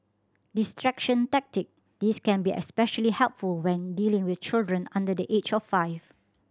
distraction tactic This can be especially helpful when dealing with children under the age of five